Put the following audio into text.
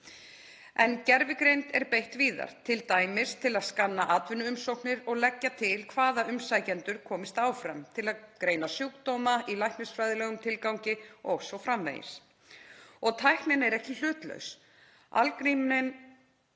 En gervigreind er beitt víðar, t.d. til að skanna atvinnuumsóknir og leggja til hvaða umsækjendur komist áfram, til að greina sjúkdóma, í læknisfræðilegum tilgangi o.s.frv. Og tæknin er ekki hlutlaus. Algrímin